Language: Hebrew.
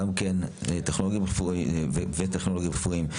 וטכנולוגים רפואיים.